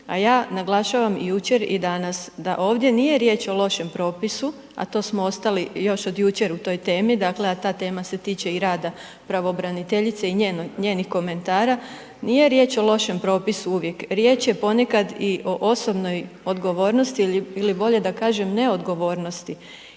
a ja naglašavam i jučer i danas da ovdje nije riječ o lošem propisu, a to smo ostali još od jučer u toj temi, dakle, a ta tema se tiče i rada pravobraniteljice i njenih komentara, nije riječ o lošem propisu uvijek, riječ je ponekad i o osobnoj odgovornosti ili bolje da kažem ne odgovornosti